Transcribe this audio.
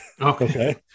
Okay